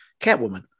Catwoman